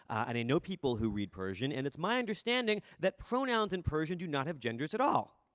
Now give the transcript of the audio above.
and i know people who read persian. and it's my understanding that pronouns in persian do not have genders at all.